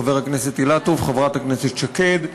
חבר הכנסת אילטוב וחברת הכנסת שקד.